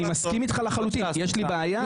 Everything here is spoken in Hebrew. אני מסכים איתך לחלוטין, יש לי בעיה עם הוועדה.